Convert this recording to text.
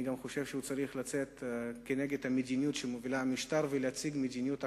הוא גם צריך לצאת כנגד המדיניות שמוביל המשטר ולהציג מדיניות אחרת.